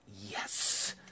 yes